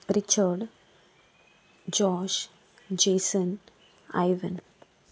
Richard Josh Jason Ivan